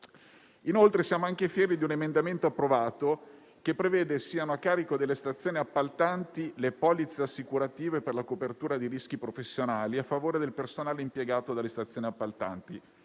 Inoltre, siamo anche fieri di un emendamento approvato, che prevede siano a carico delle stazioni appaltanti le polizze assicurative per la copertura dei rischi professionali a favore del personale impiegato dalle stazioni appaltanti,